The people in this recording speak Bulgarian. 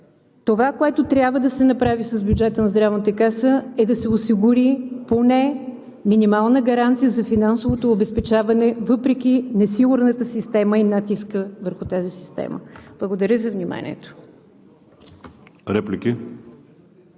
Това, което трябва да се направи с бюджета на Здравната каса, е да се осигури минимална гаранция за финансовото обезпечаване въпреки несигурната система и натиска върху тази система. Благодаря за вниманието.